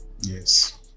Yes